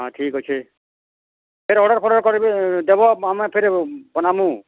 ହଁ ଠିକ୍ ଅଛେ ଫେର୍ ଅର୍ଡ଼ର୍ଫର୍ଡ଼ର୍ କର୍ବେ ଦେବ ଆମେ ଫେର୍ ବାନାମୁ